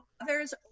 others